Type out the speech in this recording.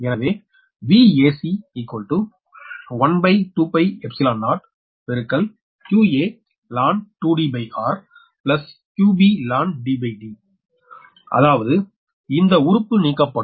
எனவே அதாவது இந்த உறுப்பு நீக்கப்படும்